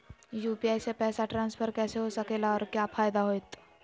UPI से पैसा transfer कैसे हो सके ला और का फायदा होएत?